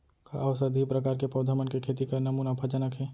का औषधीय प्रकार के पौधा मन के खेती करना मुनाफाजनक हे?